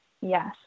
yes